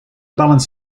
balance